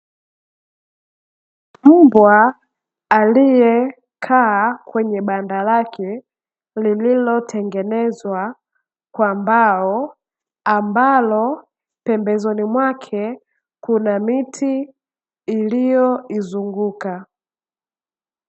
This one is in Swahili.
Mbwa aliyekaa kwenye banda lake lililotengenezwa kwa mbao, ambalo pembezoni mwake kuna miti iliyoizunguka.